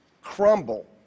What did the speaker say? crumble